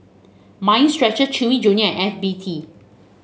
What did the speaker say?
Mind Stretcher Chewy Junior F B T